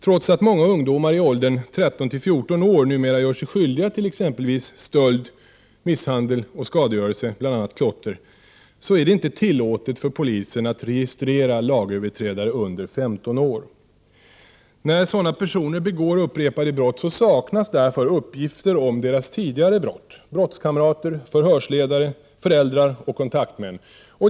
Trots att många ungdomar i åldern 13-14 år numera gör sig skyldiga till exempelvis stöld, misshandel och skadegörelse, bl.a. klotter, är det inte tillåtet för polisen att registrera lagöverträdare under 15 år. När sådana personer begår upprepade brott saknas därför uppgifter om deras tidigare brott, brottskamrater, förhörsledare, föräldrar och kontaktmän.